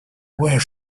where